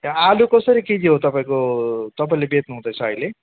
आलु कसरी केजी हो तपाईँको तपाईँले बेच्नु हुँदैछ अहिले